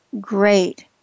great